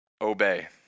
obey